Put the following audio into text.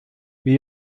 wie